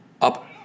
up